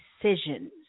decisions